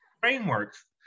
frameworks